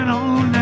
on